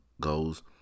goals